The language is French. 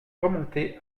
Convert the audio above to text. remontés